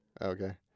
Okay